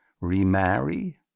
Remarry